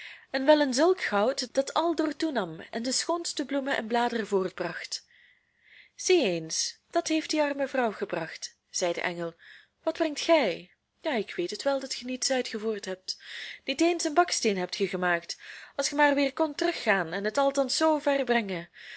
en wel in zulk goud dat aldoor toenam en de schoonste bloemen en bladeren voortbracht zie eens dat heeft die arme vrouw gebracht zei de engel wat brengt gij ja ik weet het wel dat ge niets uitgevoerd hebt niet eens een baksteen hebt ge gemaakt als ge maar weer kondt teruggaan en het althans zoo ver brengen